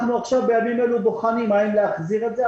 בימים אלו אנחנו בוחנים האם להחזיר את זה,